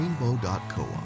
rainbow.coop